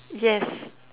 yes